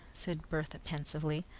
said bertha pensively,